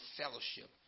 fellowship